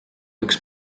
üks